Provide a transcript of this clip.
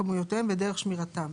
כמויותיהם ודרך שמירתם.